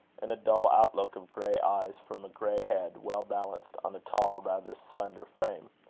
and a dull outlook of grey eyes from a grey head well-balanced on a tall, rather slender frame.